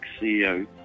CEO